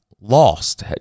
Lost